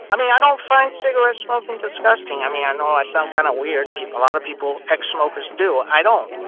i mean, i don't find cigarette smoking disgusting. i mean, i ah know i sound kind of weird. a lot of people ex-smokers do i don't.